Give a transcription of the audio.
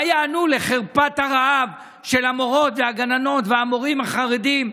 מה יענו לחרפת הרעב של המורות והגננות והמורים החרדים,